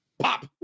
pop